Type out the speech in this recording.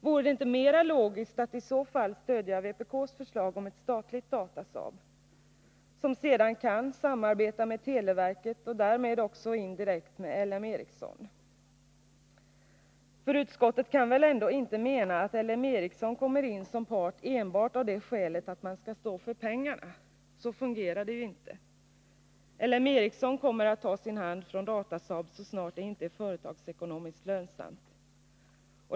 Vore det inte mera logiskt att i så fall stödja vpk:s förslag om ett statligt Datasaab, som sedan kan samarbeta med televerket och därmed också indirekt med L M Ericsson? Utskottet kan väl ändå inte mena att ÅL M Ericsson kommer in som part enbart av det skälet att företaget skall stå för pengarna. Så fungerar det ju inte. LM Ericsson kommer att ta sin hand från Datasaab så snart detta företag inte är företagsekonomiskt lönsamt.